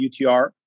UTR